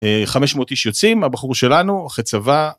500 איש יוצאים הבחור שלנו אחרי צבא.